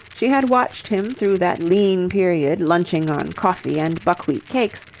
she had watched him through that lean period lunching on coffee and buckwheat cakes,